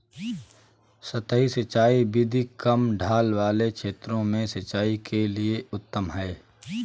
सतही सिंचाई विधि कम ढाल वाले क्षेत्रों में सिंचाई के लिए उत्तम है